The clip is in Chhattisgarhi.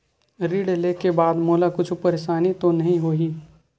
ऋण लेके बाद मोला कुछु परेशानी तो नहीं होही?